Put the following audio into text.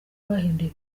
bahinduye